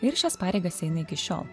ir šias pareigas eina iki šiol